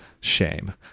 shame